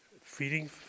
feeding